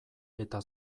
eta